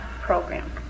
program